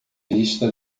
vista